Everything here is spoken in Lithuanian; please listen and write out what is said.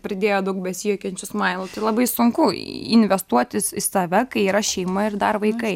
pridėjo daug besijuokiančių smailų tai labai sunku investuotis į save kai yra šeima ir dar vaikai